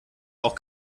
auch